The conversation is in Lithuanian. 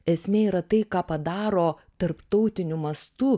esmė yra tai ką padaro tarptautiniu mastu